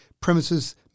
premises